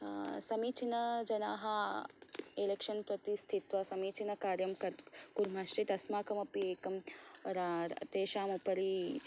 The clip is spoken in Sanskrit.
समीचीनजनाः एलेक्शन् प्रति स्थित्वा समीचीनकार्यं कर् कुर्मः चेत् अस्माकमपि एकं तेषाम् उपरि